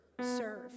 serve